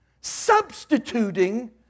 substituting